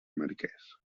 marquès